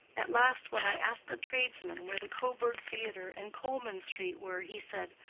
at last when i asked a tradesman where the coburg theatre and colman street were, he said,